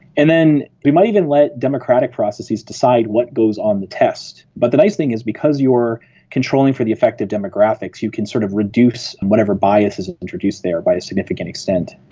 and then we might even let democratic processes decide what goes on the test. but the nice thing is because you are controlling for the effect of demographics, you can sort of reduce and whatever biases are introduced there by a significant extent.